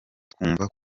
twumva